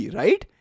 right